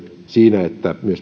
siinä että